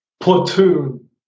Platoon